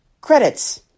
Credits